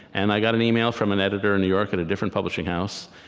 and i got an email from an editor in new york at a different publishing house,